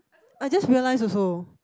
I just realized also